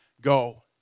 go